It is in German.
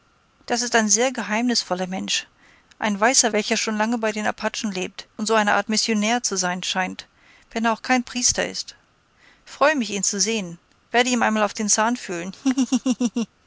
das ist ein sehr geheimnisvoller mensch ein weißer welcher schon lange bei den apachen lebt und so eine art von missionär zu sein scheint wenn er auch kein priester ist freut mich ihn zu sehen werde ihm einmal auf den zahn fühlen